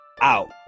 out